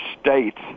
states